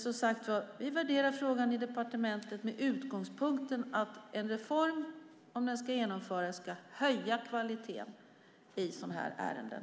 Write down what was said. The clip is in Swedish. Som sagt var: Vi värderar frågan i departementet med utgångspunkten att en reform, om den ska genomföras, ska höja kvaliteten i sådana här ärenden.